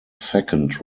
second